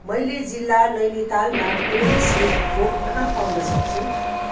मैले जिल्ला नैनीतालमा कोभिसिल्ड खोप कहाँ पाउन सक्छु